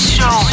Show